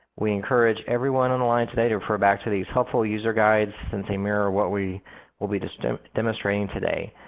we encourage everyone on the line today to refer back to these helpful user guides since they mirror what we will be so demonstrating today.